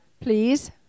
Please